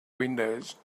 windows